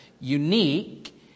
Unique